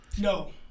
No